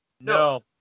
No